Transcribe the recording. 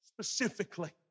specifically